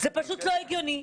זה פשוט לא הגיוני.